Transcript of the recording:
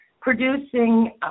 producing